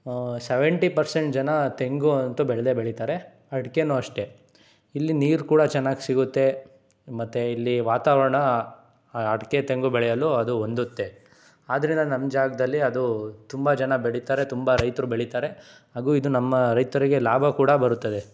seventy percent ಜನ ತೆಂಗು ಅಂತೂ ಬೆಳೆದೇ ಬೆಳೀತಾರೆ ಅಡಿಕೆನೂ ಅಷ್ಟೇ ಇಲ್ಲಿ ನೀರು ಕೂಡ ಚೆನ್ನಾಗಿ ಸಿಗುತ್ತೆ ಮತ್ತು ಇಲ್ಲಿ ವಾತಾವರಣ ಅಡಿಕೆ ತೆಂಗು ಬೆಳೆಯಲು ಅದು ಹೊಂದುತ್ತೆ ಆದ್ದರಿಂದ ನಮ್ಮ ಜಗದಲ್ಲಿ ಅದು ತುಂಬ ಜನ ಬೆಳೀತಾರೆ ತುಂಬ ರೈತರು ಬೆಳೀತಾರೆ ಹಾಗೂ ಇದು ನಮ್ಮ ರೈತರಿಗೆ ಲಾಭ ಕೂಡ ಬರುತ್ತದೆ